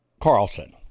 Carlson